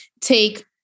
take